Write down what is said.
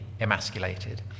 emasculated